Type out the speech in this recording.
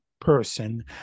person